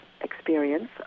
experience